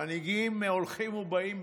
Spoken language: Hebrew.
מנהיגים הולכים ובאים,